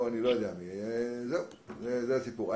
זה הסיפור.